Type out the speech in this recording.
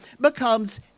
becomes